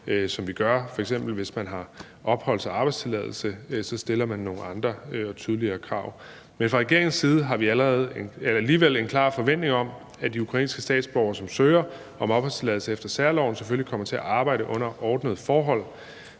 som vi gør, hvis man f.eks. har opholds- og arbejdstilladelse, hvor man stiller nogle andre og tydeligere krav. Men fra regeringens side har vi alligevel en klar forventning om, at de ukrainske statsborgere, som søger om opholdstilladelse efter særloven, selvfølgelig kommer til at arbejde under ordnede forhold.